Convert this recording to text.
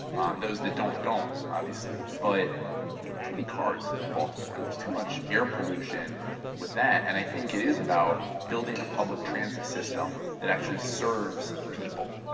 those that don't, don't obviously, but too many cars in baltimore and there's too much air pollution with that. and i think it is about building a public transit system that actually serves people.